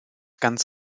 ganz